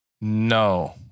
No